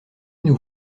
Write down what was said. nous